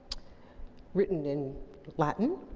written in latin,